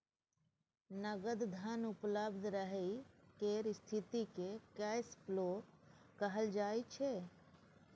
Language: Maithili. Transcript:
नगद धन उपलब्ध रहय केर स्थिति केँ कैश फ्लो कहल जाइ छै